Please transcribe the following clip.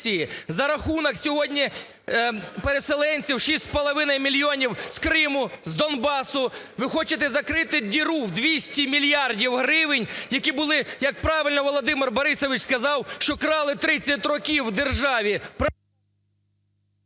За рахунок сьогодні переселенців – 6,5 мільйонів з Криму, з Донбасу – ви хочете закрити "діру" у 200 мільярдів гривень, яку, як правильно Володимир Борисович сказав, що крали 30 років у державі…